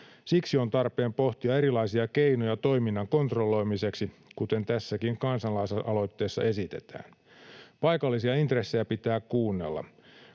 Siksi on tarpeen pohtia erilaisia keinoja toiminnan kontrolloimiseksi, kuten tässäkin kansalaisaloitteessa esitetään. Paikallisia intressejä pitää kuunnella.